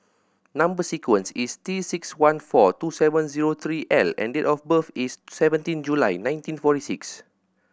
number sequence is T six one four two seven zero three L and date of birth is seventeen July nineteen forty six